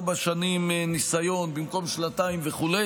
ארבע שנים ניסיון במקום שנתיים וכו'.